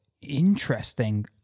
interesting